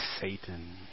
Satan